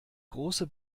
große